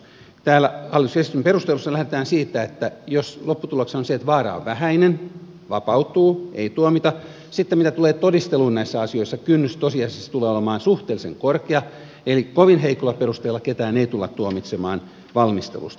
täällä hallituksen esityksen perustelussa lähdetään siitä että jos lopputuloksena on se että vaara on vähäinen henkilö vapautuu häntä ei tuomita niin mitä sitten tulee todisteluun näissä asioissa niin kynnys tosiasiassa tulee olemaan suhteellisen korkea eli kovin heikoilla perusteilla ketään ei tulla tuomitsemaan valmistelusta